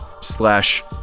slash